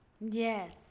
Yes